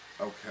Okay